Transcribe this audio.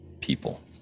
people